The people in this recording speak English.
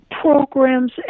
programs